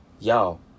Y'all